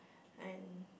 and